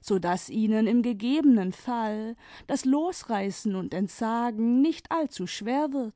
so daß ihnen im gegebenen fall das losreißen und entsagen nicht allzu schwer wird